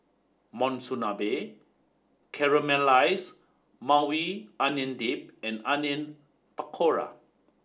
Monsunabe Caramelized Maui Onion Dip and Onion Pakora